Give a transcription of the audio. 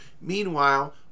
meanwhile